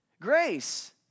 grace